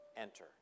Enter